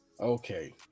Okay